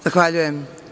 Zahvaljujem.